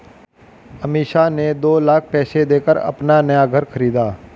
अमीषा ने दो लाख पैसे देकर अपना नया घर खरीदा